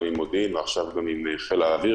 גם עם מודיעין ועכשיו גם עם חיל האוויר